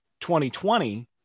2020